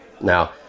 Now